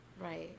Right